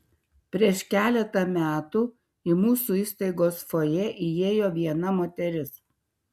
prieš keletą metų į mūsų įstaigos fojė įėjo viena moteris